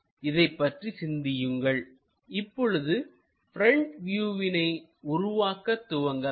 இதைப் பற்றி சிந்தியுங்கள் இப்பொழுது ப்ரெண்ட் வியூவினை உருவாக்கத் துவங்கலாம்